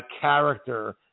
character